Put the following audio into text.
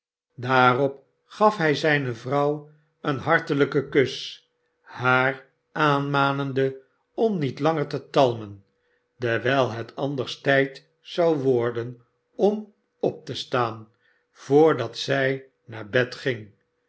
daarop gaf hij zijne vrouw een hartelijken kus haar aanmanende om niet langer te talmen dewijl het anders tijd zou worden om op te staan voordat zij naar bed ging